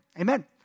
amen